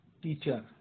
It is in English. teacher